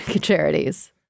charities